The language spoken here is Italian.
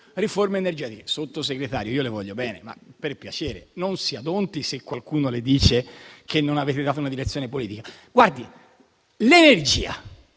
riforma energetica. Signor Sottosegretario, le voglio bene, ma per piacere non si adonti se qualcuno le dice che non avete dato una direzione politica. Io non entro